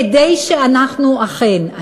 כדי שאנחנו אכן,